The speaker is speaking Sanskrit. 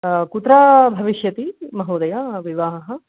कुत्र भविष्यति महोदय विवाहः